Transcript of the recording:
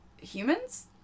humans